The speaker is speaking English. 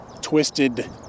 twisted